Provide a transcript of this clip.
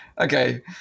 Okay